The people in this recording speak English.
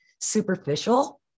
superficial